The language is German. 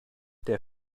der